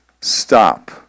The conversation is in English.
stop